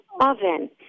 oven